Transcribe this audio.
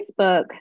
Facebook